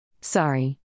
Sorry